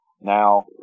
Now